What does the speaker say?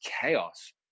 chaos